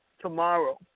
tomorrow